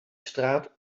straat